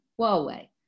Huawei